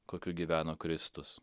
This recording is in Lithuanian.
kokiu gyveno kristus